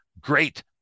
great